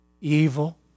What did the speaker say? evil